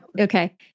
okay